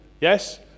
Yes